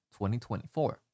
2024